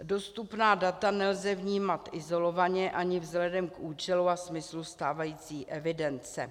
Dostupná data nelze vnímat izolovaně ani vzhledem k účelu a smyslu stávající evidence.